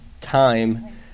time